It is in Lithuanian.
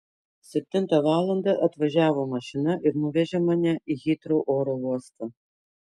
septintą valandą atvažiavo mašina ir nuvežė mane į hitrou oro uostą